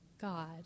God